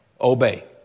Obey